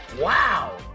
Wow